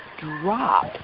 drop